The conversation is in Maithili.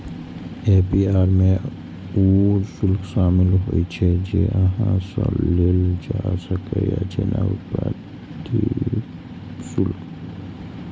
ए.पी.आर मे ऊ शुल्क शामिल होइ छै, जे अहां सं लेल जा सकैए, जेना उत्पत्ति शुल्क